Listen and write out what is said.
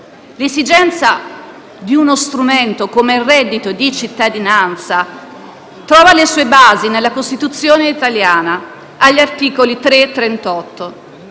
L'esigenza di uno strumento come il reddito di cittadinanza trova le sue basi nella Costituzione italiana agli articoli 3